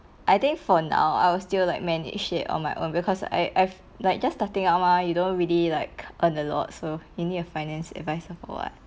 I think for now I will still like manage it on my own because I I've like just starting out mah you don't really like earn a lot so you need a finance advisor for what